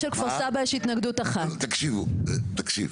-- תקשיבו תקשיב